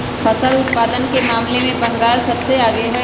फसल उत्पादन के मामले में बंगाल सबसे आगे हई